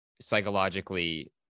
psychologically